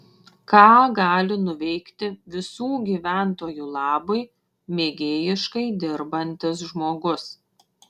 ką gali nuveikti visų gyventojų labui mėgėjiškai dirbantis žmogus